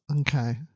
Okay